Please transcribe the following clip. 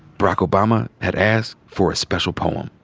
barack obama had asked for a special poem.